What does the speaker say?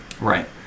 Right